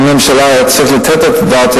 אם הממשלה היתה צריכה לתת את הדעת,